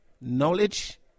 Knowledge